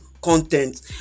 content